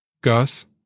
Gus